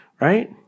right